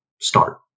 start